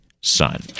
Son